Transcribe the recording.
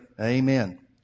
Amen